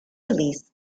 release